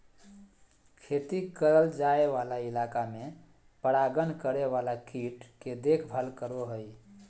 खेती करल जाय वाला इलाका में परागण करे वाला कीट के देखभाल करो हइ